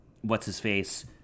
what's-his-face